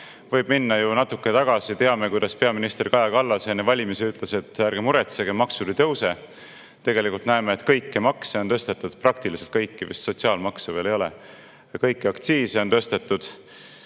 Võib minna natuke [ajas] tagasi. Teame, kuidas peaminister Kaja Kallas enne valimisi ütles: "Ärge muretsege, maksud ei tõuse!" Tegelikult näeme, et kõiki makse on tõstetud – praktiliselt kõiki, vist sotsiaalmaksu veel ei ole –, kõiki aktsiise on tõstetud.